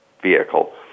vehicle